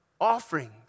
offerings